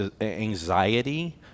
anxiety